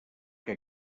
que